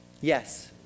Yes